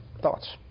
thoughts